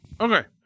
Okay